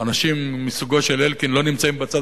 אנשים מסוגו של אלקין לא נמצאים בצד